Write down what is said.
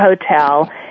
hotel